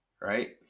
Right